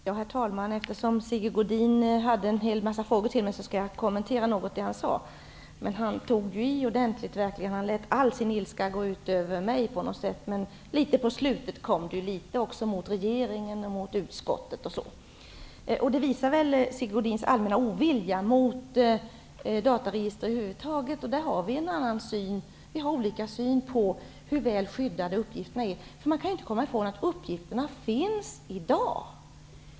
Herr talman! Eftersom Sigge Godin hade en massa frågor till mig vill jag något kommentera det han sade. Han tog ju i ordentligt och lät all sin ilska gå ut över mig. Först på slutet kom litet mot regeringen och utskottet. Det visar väl Sigge Godins allmänna ovilja mot dataregister över huvud taget. Där har vi en annan syn. Vi har olika syn på hur väl skyddade uppgifterna är. Man kan inte komma ifrån att uppgifterna faktiskt finns i dag.